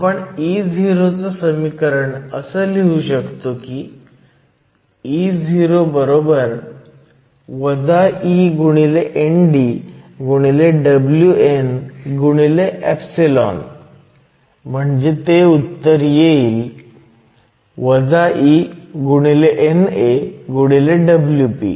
आपण Eo चं समीकरण असं लिहू शकतो की Eo e ND Wn ε म्हणजे ते उत्तर येईल e NA Wp